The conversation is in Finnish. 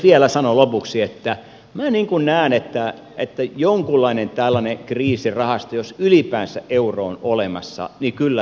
vielä sanon lopuksi että minä näen että jonkunlainen tällainen kriisirahasto jos ylipäänsä euro on olemassa kyllä tarvittaisiin